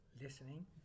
listening